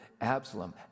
Absalom